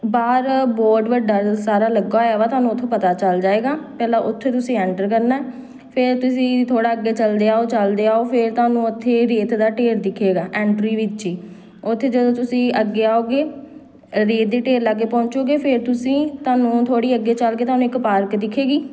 ਬਾਹਰ ਬੋਰਡ ਵੱਡਾ ਜ ਸਾਰਾ ਲੱਗਾ ਹੋਇਆ ਵਾ ਤੁਹਾਨੂੰ ਉੱਥੋਂ ਪਤਾ ਚੱਲ ਜਾਵੇਗਾ ਪਹਿਲਾਂ ਉੱਥੇ ਤੁਸੀਂ ਐਂਟਰ ਕਰਨਾ ਫਿਰ ਤੁਸੀਂ ਥੋੜ੍ਹਾ ਅੱਗੇ ਚਲਦੇ ਆਓ ਚਲਦੇ ਆਓ ਫਿਰ ਤੁਹਾਨੂੰ ਉੱਥੇ ਰੇਤ ਦਾ ਢੇਰ ਦਿਖੇਗਾ ਐਂਟਰੀ ਵਿੱਚ ਈ ਉੱਥੇ ਜਦੋਂ ਤੁਸੀਂ ਅੱਗੇ ਆਓਗੇ ਰੇਤ ਦੇ ਢੇਰ ਲਾਗੇ ਪਹੁੰਚੋਗੇ ਫਿਰ ਤੁਸੀਂ ਤੁਹਾਨੂੰ ਥੋੜ੍ਹੀ ਅੱਗੇ ਚੱਲ ਕੇ ਤੁਹਾਨੂੰ ਇੱਕ ਪਾਰਕ ਦਿਖੇਗੀ